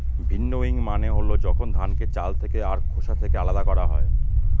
ভিন্নউইং মানে হল যখন ধানকে চাল আর খোসা থেকে আলাদা করা হয়